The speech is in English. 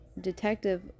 Detective